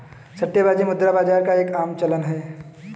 सट्टेबाजी मुद्रा बाजार का एक आम चलन है